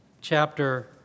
chapter